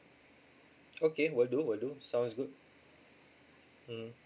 okay will do will do sounds good mm